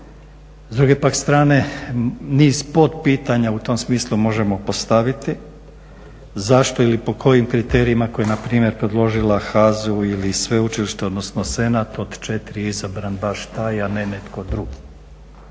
S druge pak strane niz potpitanja u tom smislu možemo postaviti zašto ili po kojim kriterijima koje je na primjer predložila HAZU ili sveučilište odnosno senat. Od četiri je izabran baš taj a ne netko drugi.